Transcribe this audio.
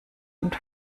und